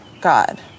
God